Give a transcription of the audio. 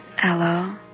Hello